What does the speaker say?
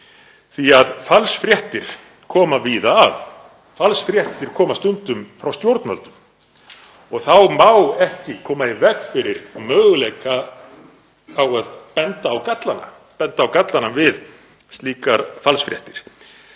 því að falsfréttir koma víða að. Falsfréttir koma stundum frá stjórnvöldum og þá má ekki koma í veg fyrir möguleika á að benda á gallana við slíkar falsfréttir.